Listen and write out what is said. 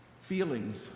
feelings